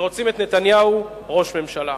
ורוצים את נתניהו ראש ממשלה.